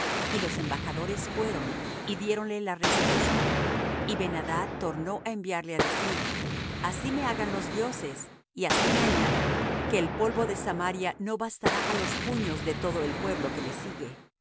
y los embajadores fueron y diéronle la respuesta y ben adad tornó á enviarle á decir así me hagan los dioses y así me añadan que el polvo de samaria no bastará á los puños de todo el pueblo que me sigue